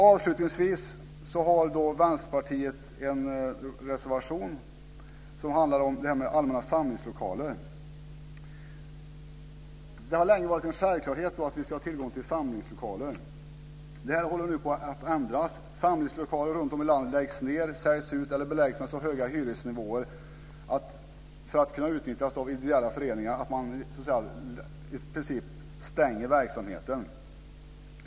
Avslutningsvis har Vänsterpartiet en reservation som handlar om allmänna samlingslokaler. Det har länge varit en självklarhet att vi ska ha tillgång till samlingslokaler. Det här håller nu på att ändras. Samlingslokaler runtom i landet läggs ned, säljs ut eller beläggs med så höga hyror för att få utnyttjas av individuella föreningar att man i princip stänger verksamheten.